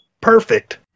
perfect